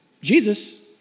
Jesus